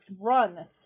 run